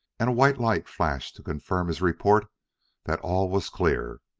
and a white light flashed to confirm his report that all was clear.